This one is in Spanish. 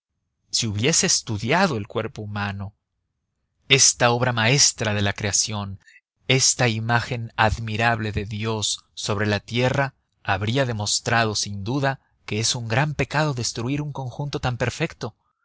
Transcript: si hubiese estudiado el cuerpo humano esta obra maestra de la creación esta imagen admirable de dios sobre la tierra habría demostrado sin duda que es gran pecado destruir un conjunto tan perfecto